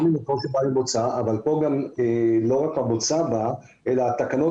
לא ממקור שבא מבוצה אבל כאן לא רק הבוצה באה אלא התקנות,